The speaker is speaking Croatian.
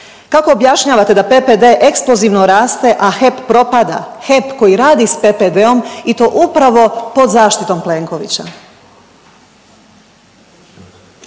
Kako objašnjavate da PPD eksplozivno raste, a HEP propada, HEP koji radi s PPD-om i to upravo pod zaštitom Plenkovića?